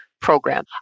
Program